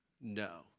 no